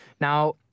now